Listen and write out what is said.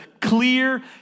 clear